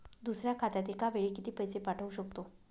दुसऱ्या खात्यात एका वेळी किती पैसे पाठवू शकतो?